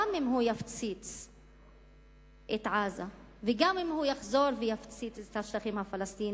גם אם הוא יפציץ את עזה וגם אם הוא יחזור ויפציץ את השטחים הפלסטיניים.